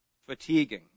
fatiguing